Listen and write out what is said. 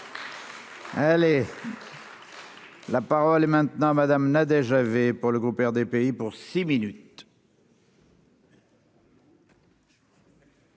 et. La parole est maintenant madame Nadège avait pour le groupe RDPI pour six minutes.